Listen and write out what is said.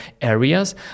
areas